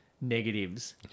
negatives